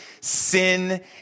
sin